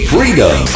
Freedom